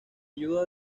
ayuda